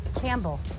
campbell